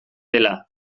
dela